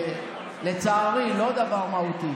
לצערי, לא דבר מהותי.